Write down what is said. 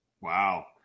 Wow